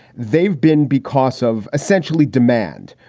they've been because of essentially demand.